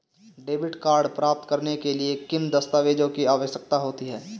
Debit card प्राप्त करने के लिए किन दस्तावेज़ों की आवश्यकता होती है?